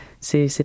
c'est